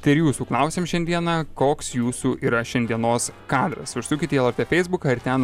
tai ir jūsų klausim šiandieną koks jūsų yra šiandienos kalvis užsiūkit į lrt feisbuką ir ten